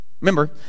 Remember